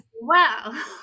Wow